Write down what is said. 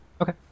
Okay